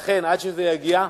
לכן, עד שזה יגיע,